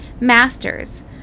masters